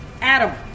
Adam